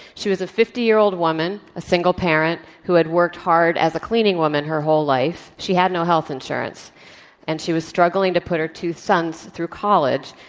she was a fifty year old woman, a single parent who had worked hard as a cleaning woman her whole life. she had no health insurance and she was struggling to put her two sons through college.